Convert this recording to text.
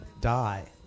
die